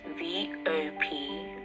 vop